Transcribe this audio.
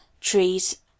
trees